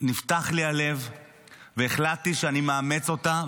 נפתח לי הלב והחלטתי שאני מאמץ אותה,